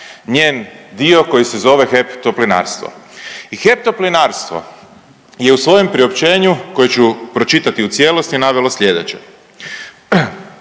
njen dio koji se zove HEP Toplinarstvo i HEP Toplinarstvo je u svojem priopćenju koje ću pročitati u cijelosti navelo sljedeće.